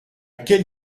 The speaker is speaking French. quelle